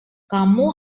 kamu